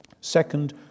Second